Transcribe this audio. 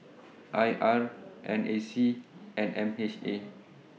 I R N A C and M H A